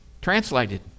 translated